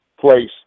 place